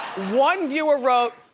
one viewer wrote,